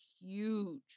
huge